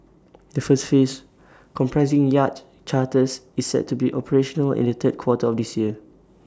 the first phase comprising Yacht Charters is set to be operational in the third quarter of this year